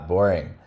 Boring